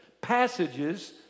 passages